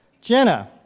Jenna